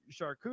charcuterie